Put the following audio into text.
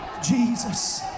Jesus